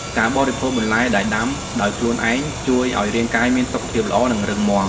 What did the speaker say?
ការបរិភោគបន្លែដែលដាំដោយខ្លួនឯងជួយឱ្យរាងកាយមានសុខភាពល្អ និងរឹងមាំ។